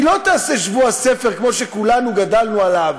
היא לא תעשה שבוע הספר כמו שכולנו גדלנו עליו,